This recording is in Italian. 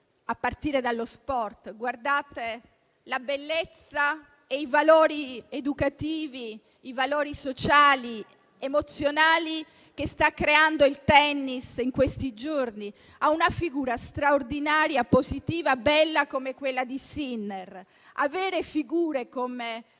a partire dallo sport. Guardate la bellezza e i valori educativi, i valori sociali ed emozionali che sta creando il tennis in questi giorni, con una figura straordinaria, positiva e bella come quella di Sinner. Avere figure come